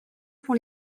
pour